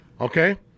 Okay